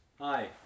Hi